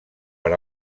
per